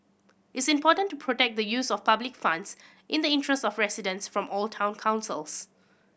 is important to protect the use of public funds in the interest of residents from all town councils